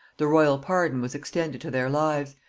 the royal pardon was extended to their lives,